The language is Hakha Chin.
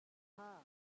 ṭha